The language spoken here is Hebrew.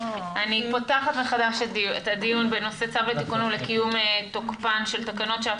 אני פותחת מחדש את הדיון בנושא: צו לתיקון ולקיום תוקפן של תקנות שעת